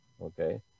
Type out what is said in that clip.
Okay